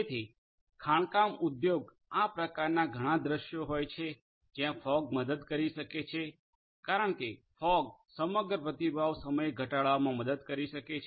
તેથી ખાણકામ ઉદ્યોગ આ પ્રકારના ઘણા દૃશ્યો હોય છે જ્યાં ફોગ મદદ કરી શકે છે કારણ કે ફોગ સમગ્ર પ્રતિભાવ સમય ઘટાડવામાં મદદ કરી શકે છે